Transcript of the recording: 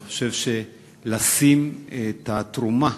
אני חושב שלשים את נושא התרומה